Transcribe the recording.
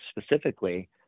specifically